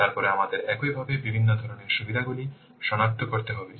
তারপরে আমাদের একইভাবে বিভিন্ন ধরণের সুবিধাগুলি সনাক্ত করতে হবে